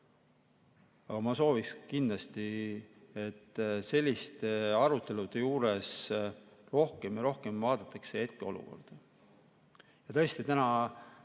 ma soovin kindlasti, et selliste arutelude juures rohkem ja rohkem vaadataks hetkeolukorda.